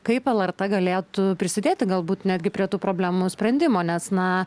kaip lrt galėtų prisidėti galbūt netgi prie tų problemų sprendimo nes na